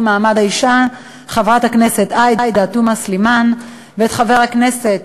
מעמד האישה חברת הכנסת עאידה תומא סלימאן ואת חבר הכנסת